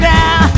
now